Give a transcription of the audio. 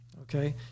okay